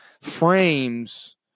frames